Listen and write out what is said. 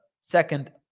second